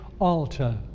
altar